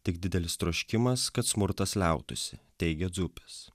tik didelis troškimas kad smurtas liautųsi teigia grupės